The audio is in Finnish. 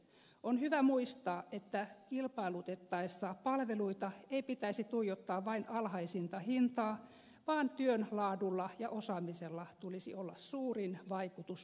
on hyvä muistaa että kilpailutettaessa palveluita ei pitäisi tuijottaa vain alhaisinta hintaa vaan työn laadulla ja osaamisella tulisi olla suurin vaikutus ostopäätöksiin